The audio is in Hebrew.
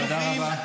תודה רבה.